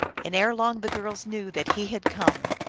and erelong the girls knew that he had come.